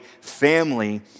family